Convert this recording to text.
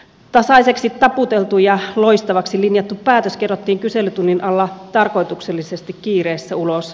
tasaiseksi taputeltu ja loistavaksi linjattu päätös kerrottiin kyselytunnin alla tarkoituksellisesti kiireessä ulos